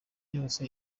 yoza